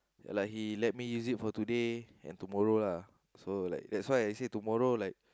like he let me use it for today and tomorrow lah so that's why I say tomorrow like